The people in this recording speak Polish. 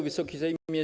Wysoki Sejmie!